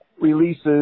releases